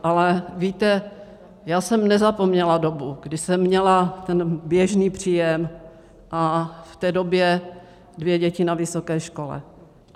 Ale víte, já jsem nezapomněla dobu, kdy jsem měla ten běžný příjem a v té době dvě děti na vysoké škole.